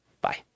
Bye